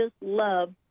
love